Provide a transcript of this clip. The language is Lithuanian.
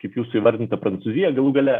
kaip jūsų įvardinta prancūzija galų gale